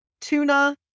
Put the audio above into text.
tuna